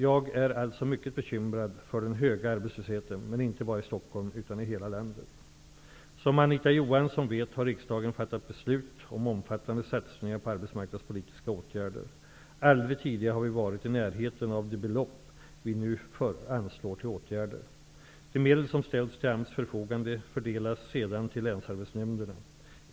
Jag är alltså mycket bekymrad för den höga arbetslösheten; men inte bara i Stockholm utan i hela landet. Som Anita Johansson vet har riksdagen fattat beslut om omfattande satsningar på arbetsmarknadspolitiska åtgärder. Aldrig tidigare har vi varit i närheten av de belopp som vi nu anslår till åtgärder. De medel som ställs till AMS förfogande fördelas sedan till länsarbetsnämnderna.